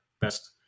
best